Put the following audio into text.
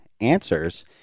answers